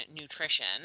nutrition